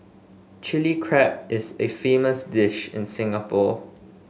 Chilli Crab is a famous dish in Singapore